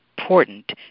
important